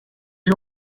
you